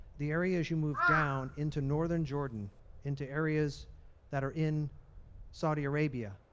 the area as you move down into northern jordan into areas that are in saudi arabia.